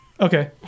Okay